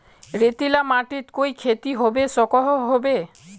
रेतीला माटित कोई खेती होबे सकोहो होबे?